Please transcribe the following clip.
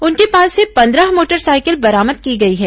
उनके पास से पंद्रह मोटरसाइकिल बरामद की गई है